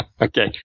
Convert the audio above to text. okay